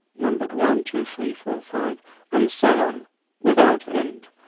numbered one, two, three, four, five and so on without end.